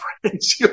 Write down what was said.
friends